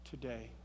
today